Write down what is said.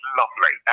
lovely